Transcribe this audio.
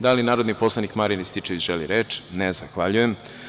Da li narodni poslanik Marijan Rističević želi reč? (Ne) Zahvaljujem.